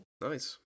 Nice